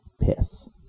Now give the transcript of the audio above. Piss